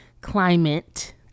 climate